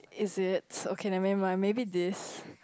is it okay never mind maybe this